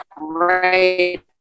right